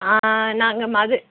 ஆ நாங்கள் மது